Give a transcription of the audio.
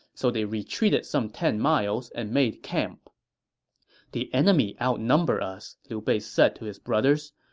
so they retreated some ten miles and made camp the enemy outnumber us, liu bei said to his brothers.